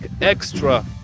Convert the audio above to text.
extra